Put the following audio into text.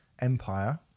Empire